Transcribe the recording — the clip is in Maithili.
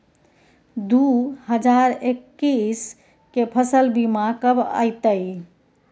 दु हजार एक्कीस के फसल बीमा कब अयतै?